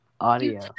Audio